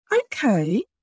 okay